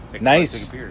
nice